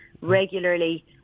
regularly